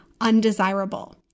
undesirable